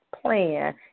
plan